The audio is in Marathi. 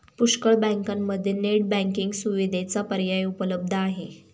पुष्कळ बँकांमध्ये नेट बँकिंग सुविधेचा पर्याय उपलब्ध आहे